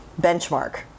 benchmark